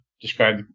describe